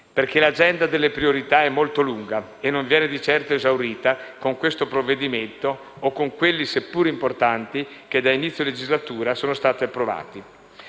Perché l'agenda delle priorità è molto lunga, e non viene di certo esaurita con questo provvedimento o con quelli, seppur importanti, che da inizio legislatura sono stati approvati.